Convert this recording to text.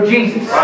Jesus